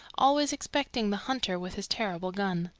always excepting the hunter with his terrible gun.